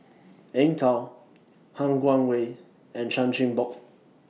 Eng Tow Han Guangwei and Chan Chin Bock